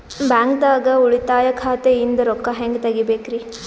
ಬ್ಯಾಂಕ್ದಾಗ ಉಳಿತಾಯ ಖಾತೆ ಇಂದ್ ರೊಕ್ಕ ಹೆಂಗ್ ತಗಿಬೇಕ್ರಿ?